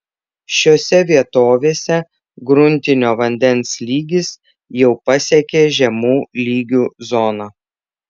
šiose vietovėse gruntinio vandens lygis jau pasiekė žemų lygių zoną